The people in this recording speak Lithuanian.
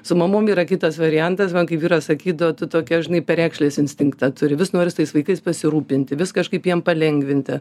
su mamom yra kitas variantas man kaip vyras sakydavo tu tokia žinai perekšlės instinktą turi vis nori su tais vaikais pasirūpinti vis kažkaip jiem palengvinti